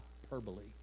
hyperbole